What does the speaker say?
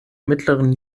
mittleren